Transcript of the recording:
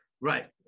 Right